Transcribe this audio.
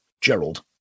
Gerald